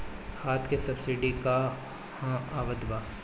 खाद के सबसिडी क हा आवत बा?